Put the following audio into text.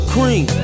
Cream